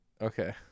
Okay